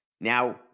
Now